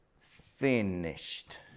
finished